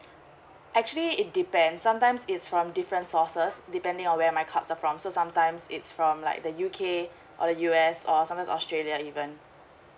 actually it depends sometimes it's from different sources depending on where my cards are from so sometimes it's from like the U_K or the U_S or sometimes australia even